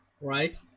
right